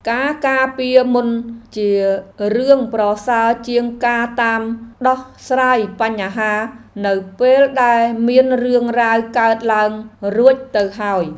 ការការពារមុនជារឿងប្រសើរជាងការតាមដោះស្រាយបញ្ហានៅពេលដែលមានរឿងរ៉ាវកើតឡើងរួចទៅហើយ។